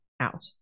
out